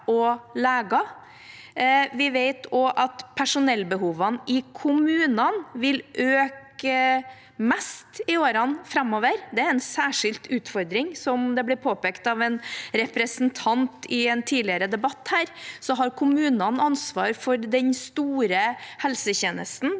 Vi vet også at personellbehovene i kommunene vil øke mest i årene framover. Det er en særskilt utfordring. Som det ble påpekt av en representant i en tidligere debatt her, har kommunene ansvar for den store helsetjenesten,